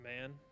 Man